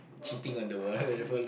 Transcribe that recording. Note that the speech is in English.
cheating on the wife all